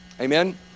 Amen